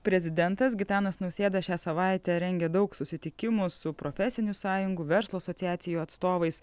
prezidentas gitanas nausėda šią savaitę rengia daug susitikimų su profesinių sąjungų verslo asociacijų atstovais